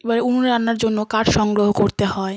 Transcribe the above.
এবারে উনুনে রান্নার জন্য কাঠ সংগ্রহ করতে হয়